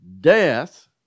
death